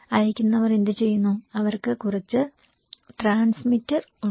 അയക്കുന്നവർ എന്തുചെയ്യുന്നു അവർക്ക് കുറച്ച് ട്രാൻസ്മിറ്റർ ഉണ്ട്